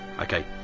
okay